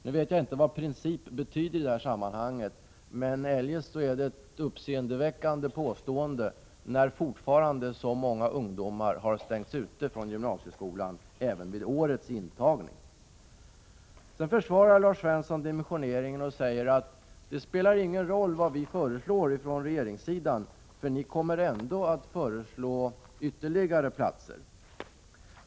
Nu vet jag inte vad ”i princip” betyder i detta sammanhang, men eljest är det ett uppseendeväckande påstående när fortfarande så många ungdomar stängts ute från gymnasieskolan även vid årets intagning. Sedan försvarar Lars Svensson dimensioneringen och säger: Det spelar ingen roll vad vi föreslår från regeringssidan, för ni kommer ändå att föreslå ytterligare platser.